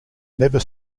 never